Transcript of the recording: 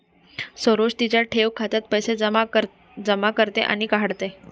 सरोज तिच्या ठेव खात्यात पैसे जमा करते आणि काढते